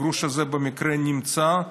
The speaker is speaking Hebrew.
הגרוש הזה במקרה נמצא,